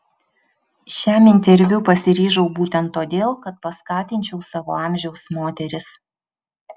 šiam interviu pasiryžau būtent todėl kad paskatinčiau savo amžiaus moteris